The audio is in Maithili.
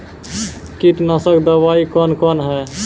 कीटनासक दवाई कौन कौन हैं?